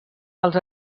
als